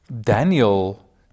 Daniel